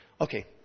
Okay